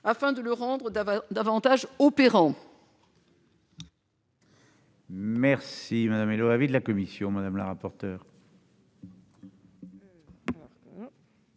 afin de le rendre davantage opérant.